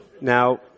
Now